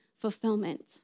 fulfillment